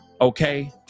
okay